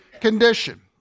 condition